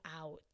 out